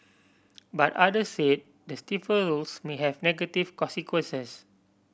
but other say the stiffer rules may have negative consequences